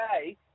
okay